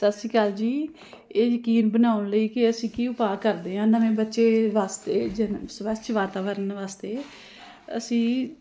ਸਤਿ ਸ਼੍ਰੀ ਅਕਾਲ ਜੀ ਇਹ ਯਕੀਨ ਬਣਾਉਣ ਲਈ ਕਿ ਅਸੀਂ ਕੀ ਉਪਾਅ ਕਰਦੇ ਹਾਂ ਨਵੇਂ ਬੱਚੇ ਵਾਸਤੇ ਜਨਮ ਸਵੱਛ ਵਾਤਾਵਰਨ ਵਾਸਤੇ ਅਸੀਂ